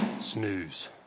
snooze